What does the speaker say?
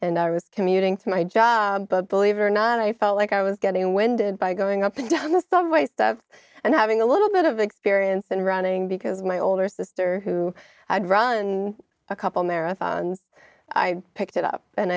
and i was commuting to my job but believe it or not i felt like i was getting winded by going up and down the subway stuff and having a little bit of experience and running because my older sister who had run a couple marathon i picked it up and